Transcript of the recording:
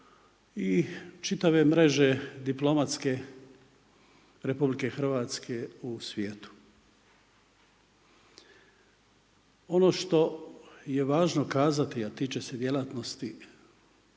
i čitave mreže diplomatske Republike Hrvatske u svijetu. Ono što je važno kazati, a tiče se djelatnosti